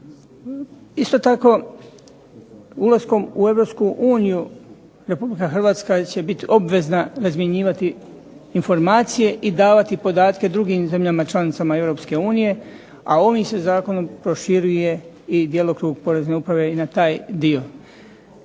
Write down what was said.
Isto tak ulaskom u EU, RH će biti obvezna razmjenjivati informacije i davati podatke drugim zemljama članicama EU, a ovim se zakonom proširuje i djelokrug Porezne uprave i na taj dio.